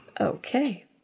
Okay